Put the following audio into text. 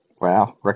wow